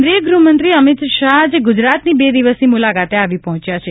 કેન્દ્રિય ગ્રહમંત્રી અમિત શાહ આજે ગ્રુજરાતની બે દિવસની મુલાકાતે આવી પહોંચ્યા છે